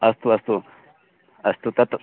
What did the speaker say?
अस्तु अस्तु अस्तु तत्